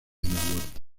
huerta